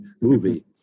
movie